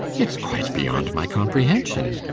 it's quite beyond my comprehension.